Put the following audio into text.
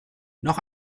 noch